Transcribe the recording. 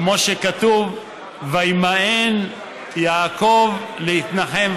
כמו שכתוב: וימאן יעקב להתנחם,